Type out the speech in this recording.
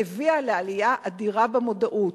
והביאה לעלייה אדירה במודעות.